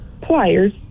Pliers